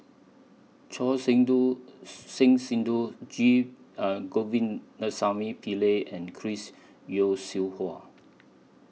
Choor Sidhu Singh Sidhu G Govindasamy Pillai and Chris Yeo Siew Hua